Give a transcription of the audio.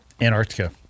Antarctica